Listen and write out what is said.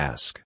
Ask